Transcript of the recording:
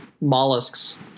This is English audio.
Mollusks